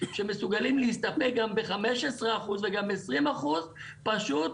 שמסוגלים להסתפק גם ב-15% וגם ב-20% פשוט